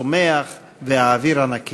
הצומח והאוויר הנקי.